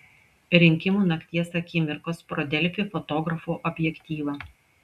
rinkimų nakties akimirkos pro delfi fotografų objektyvą